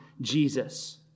Jesus